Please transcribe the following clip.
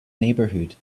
neighborhood